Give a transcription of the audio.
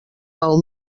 del